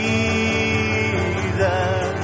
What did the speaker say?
Jesus